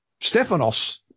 Stephanos